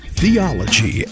theology